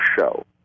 show